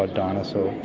ah dinosaur.